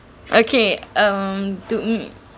okay um to mm